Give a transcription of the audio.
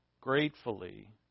gratefully